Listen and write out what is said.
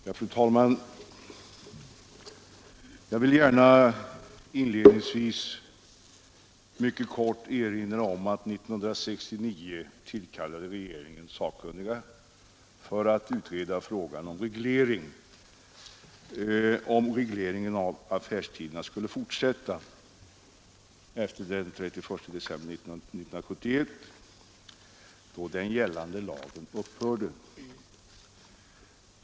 Fru talman! Jag vill gärna inledningsvis mycket kort erinra om att regeringen 1969 tillkallade sakkunniga för att utreda frågan om huruvida regleringen av affärstiderna skulle fortsätta efter den 31 december 1971, då den gällande lagen upphörde.